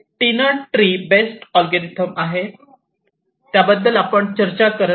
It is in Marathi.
स्टीनर ट्री बेस्ट अल्गोरिदम आहेत त्याबद्दल आपण चर्चा करत नाही